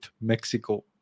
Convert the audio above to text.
Mexico